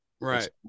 Right